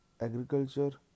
agriculture